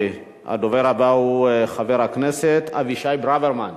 הדובר הבא הוא חבר הכנסת אבישי ברוורמן.